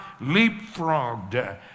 leapfrogged